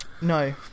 no